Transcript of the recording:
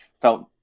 felt